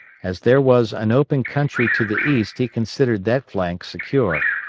as there was an open country to the east he considered that flank secure,